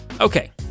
Okay